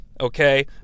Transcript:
Okay